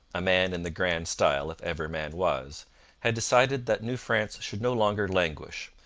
a man in the grand style, if ever man was had decided that new france should no longer languish,